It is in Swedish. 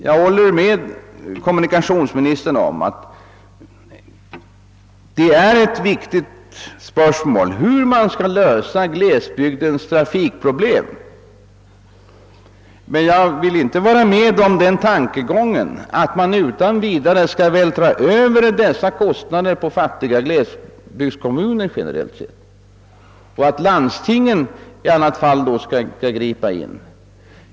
Jag håller med kommunikationsministern om att lösningen av glesbygdens trafikproblem är ett viktigt spörsmål. Men jag vill inte vara med på den tankegången att man utan vidare skall vält ra över dessa kostnader på fattiga glesbygdskommuner eller att landstingen skall gripa in.